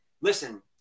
listen